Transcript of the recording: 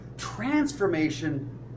transformation